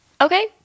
Okay